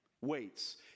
Weights